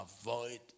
avoid